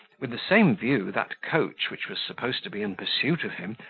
with the same view, that coach, which was supposed to be in pursuit of him,